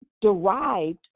derived